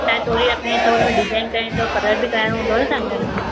तव्हांजे ट्रोली रखाइणी अथव डिजाइन कराइणो अथव कलर बि कराइणो हूंदव न तव्हांखे हिन में